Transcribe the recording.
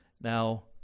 Now